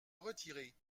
retirer